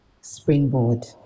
springboard